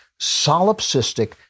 solipsistic